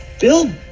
Bill